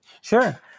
Sure